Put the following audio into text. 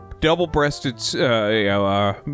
double-breasted